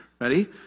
ready